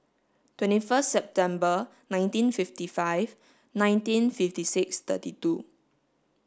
twenty first September nineteen fifty five nineteen fifty six thirty two